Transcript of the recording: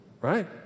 right